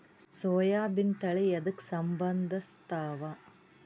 ಸೋಯಾಬಿನ ತಳಿ ಎದಕ ಸಂಭಂದಸತ್ತಾವ?